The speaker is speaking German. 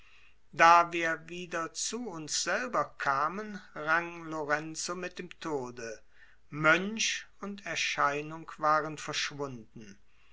da wir wieder zu uns selber kamen rang lorenzo mit dem tode mönch und erscheinung waren verschwunden